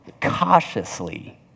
cautiously